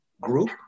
group